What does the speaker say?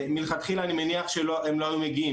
מלכתחילה אני מניח שהם לא היו מגיעים.